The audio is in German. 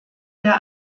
der